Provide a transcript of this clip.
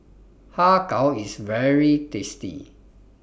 Har Kow IS very tasty